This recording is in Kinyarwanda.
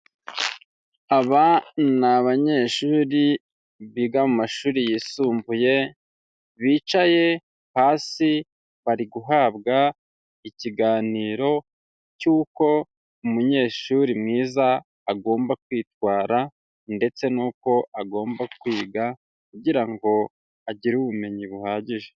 Aba ni abanyeshuri biga mu mashuri yisumbuye bicaye hasi bari guhabwa ikiganiro cy'uko umunyeshuri mwiza agomba kwitwara ndetse n'uko agomba kwiga kugira ngo agire ubumenyi buhagije.